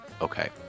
Okay